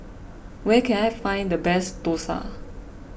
where can I find the best Dosa